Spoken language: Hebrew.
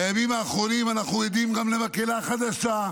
בימים האחרונים אנחנו עדים גם למקהלה חדשה,